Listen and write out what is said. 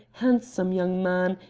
handsome young man,